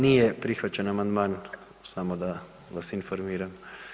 Nije prihvaćen amandman, samo da vas informiram.